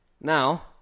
Now